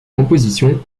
composition